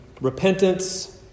repentance